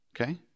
okay